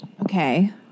Okay